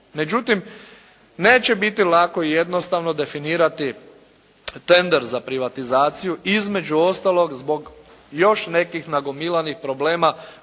Međutim, neće biti lako i jednostavno definirati tender za privatizaciju, između ostalog zbog još nekih nagomilanih problema